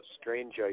strange